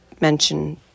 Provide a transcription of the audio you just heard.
mention